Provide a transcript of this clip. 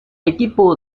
equipo